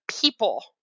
people